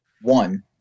one